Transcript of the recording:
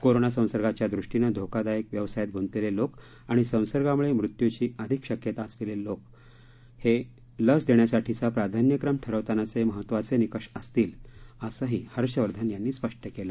corona संसर्गाच्या दृष्टीनं धोकादायक व्यवसायात गुंतलेले लोक आणि संसर्गामुळे मृत्यूची अधिक शक्यता असलेले लोक हे लस देण्यासाठीचा प्राधान्यक्रम ठरवतानाचे महत्वाचे निकष असतील असंही हर्षवर्धन यांनी स्पष्ट केलं